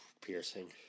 Piercing